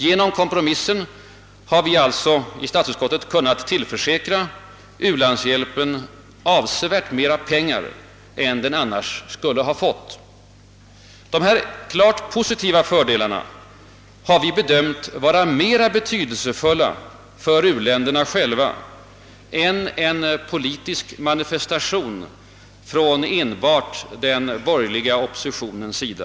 Genom kompromissen har vi alltså i statsutskottet kunnat tillförsäkra u-landshjälpen avsevärt mera pengar än den annars skulle ha fått. Dessa klart positiva fördelar har vi bedömt vara mer betydelsefulla för u-länderna själva än en politisk manifestation från enbart den borgerliga oppositionens sida.